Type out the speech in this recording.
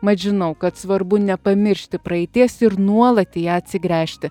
mat žinau kad svarbu nepamiršti praeities ir nuolat į ją atsigręžti